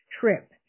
trip